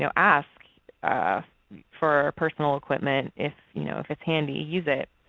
so ask for personal equipment. if you know if it's handy, use it.